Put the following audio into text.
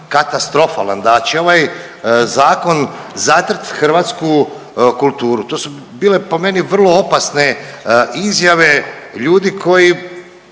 katastrofalan, da će ovaj zakon zatrt hrvatsku kulturu. To su bile po meni vrlo opasne izjave ljudi koji